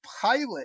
pilot